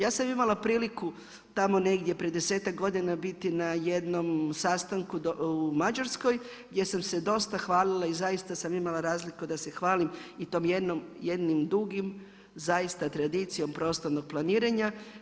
Ja sam imala priliku tamo negdje prije 10-ak godina biti na jednom sastanku u Mađarskoj gdje sam se doista hvalila i zaista sam imala razlog da se hvalim i to jednim dugim, zaista tradicijom prostornog planiranja.